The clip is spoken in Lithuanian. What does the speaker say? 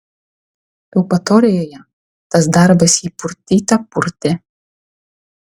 eupatorijoje tas darbas jį purtyte purtė